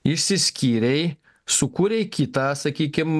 išsiskyrei sukūrei kitą sakykim